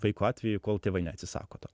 vaiko atveju kol tėvai neatsisako to